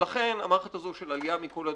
ולכן, המערכת הזו של עלייה מכל הדלתות,